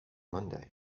monday